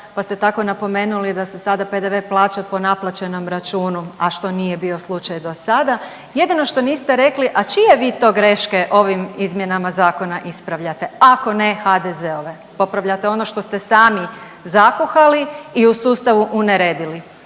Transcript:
pa ste tako napomenuli da se sada PDV plaća po naplaćenom računu, a što nije bio slučaj dosada. Jedino što niste rekli, a čije vi to greške ovim izmjenama zakona ispravljate, ako ne HDZ-ove? Popravljate ono što ste sami zakuhali i u sustavu uneredili